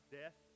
death